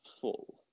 full